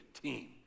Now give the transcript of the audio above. team